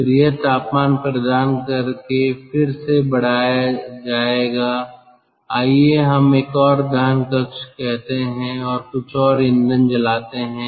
फिर यह तापमान प्रदान करके फिर से बढ़ाया जाएगा आइए हम एक और दहन कक्ष कहते हैं और कुछ और ईंधन जलाते हैं